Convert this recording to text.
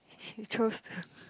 you chose the